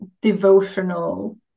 devotional